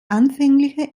anfängliche